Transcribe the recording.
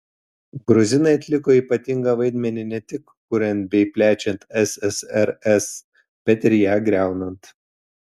gruzinai atliko ypatingą vaidmenį ne tik kuriant bei plečiant ssrs bet ir ją griaunant